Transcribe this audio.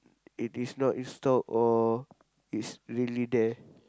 it is not in stock or it's really there